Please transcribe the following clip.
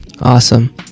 Awesome